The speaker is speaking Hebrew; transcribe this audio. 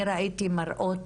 אני ראיתי מראות